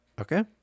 okay